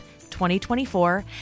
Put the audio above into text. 2024